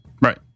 Right